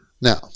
Now